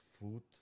food